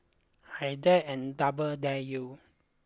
I dare and double dare you